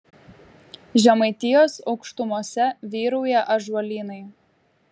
žemaitijos aukštumose vyrauja ąžuolynai